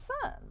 son